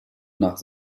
nach